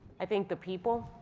i think the people.